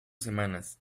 semanas